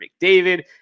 McDavid